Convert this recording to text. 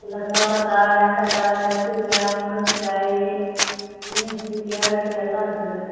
இல்லை சொரக்காய் வெண்டக்காய் கத்திரிக்காய் முருங்கக்காய் பீன்ஸ்ஸு கேரட்டு எல்லாம் இருக்குது